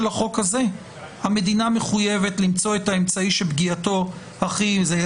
החוק הזה המדינה מחויבת למצוא את האמצעי שפגיעתו הכי קלה,